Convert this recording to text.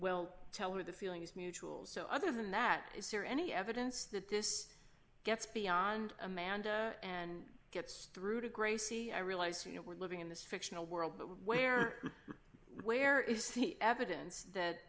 will tell me the feeling is mutual so other than that is there any evidence that this gets beyond amanda and gets through to gracie i realize we're living in this fictional world where where is the evidence that